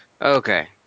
Okay